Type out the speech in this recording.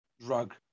drug